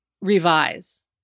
revise